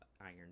iron